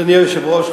אדוני היושב-ראש,